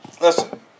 Listen